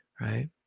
right